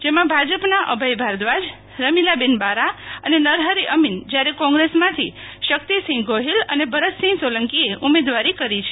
જેમાં ભાજપના અભય ભારદવાજ રમીલાબેન બારા અને નરહરિ અમીન જયારે કોંગસમાંથી શકિતસિંહ ગોહિલ અને ભરતસિંહ સોેલંકીએ ઉમેદવારી કરી છે